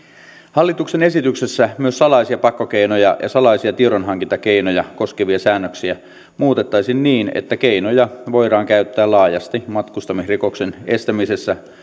hallituksen esityksessä myös salaisia pakkokeinoja ja salaisia tiedonhankintakeinoja koskevia säännöksiä muutettaisiin niin että keinoja voidaan käyttää laajasti matkustamisrikoksen estämisessä